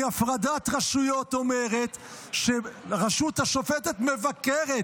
כי הפרדת רשויות אומרת שהרשות השופטת מבקרת,